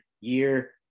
year